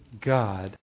God